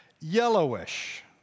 Yellowish